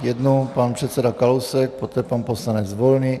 Jednu pan předseda Kalousek, poté pan poslanec Volný.